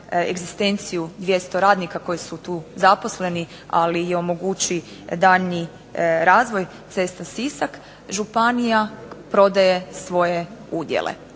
egzistenciju 200 radnika koji su tu zaposleni, ali i omogući daljnji razvoj cesta Sisak, županija prodaje svoje udjele,